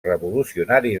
revolucionari